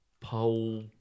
Pole